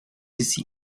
ici